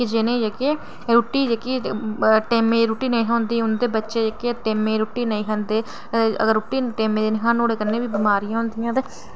किश जनेह जेह्के रुट्टी जेह्की टैमें दी रुट्टी नेईं थ्होंदी उं'दे बच्चे जेह्के टैमें दी रुट्टी नेईं खंदे अगर रुट्टी निं टैमें दी खान तां नुहाड़े कन्नै बी बमारियां होंदियां